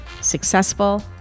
successful